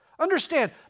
Understand